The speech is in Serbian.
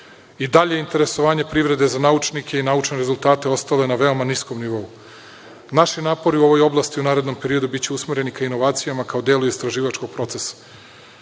i dalje interesovanje privrede za naučnike i naučne rezultate ostale na veoma niskom nivou. Naši napori u ovoj oblasti u narednom periodu biće usmereni ka inovacijama kao delu istraživačkog procesa. Izazovi